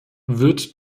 wird